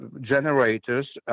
generators